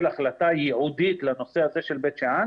החלטה ייעודית לנושא הזה של בית שאן.